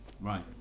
Right